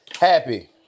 Happy